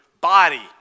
body